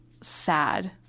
sad